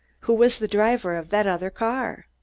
who was the driver of that other car?